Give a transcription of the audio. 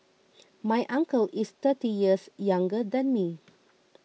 my uncle is thirty years younger than me